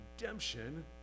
redemption